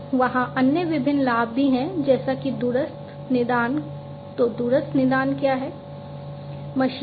तो वहाँ अन्य विभिन्न लाभ भी हैं जैसे कि दूरस्थ निदान तो दूरस्थ निदान क्या हैं